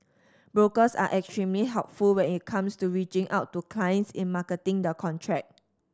brokers are extremely helpful when it comes to reaching out to clients in marketing the contract